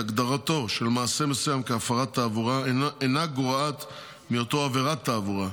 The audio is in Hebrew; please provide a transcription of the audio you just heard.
הגדרתו של מעשה מסוים כהפרת תעבורה אינה גורעת מהיותו עבירת תעבורה,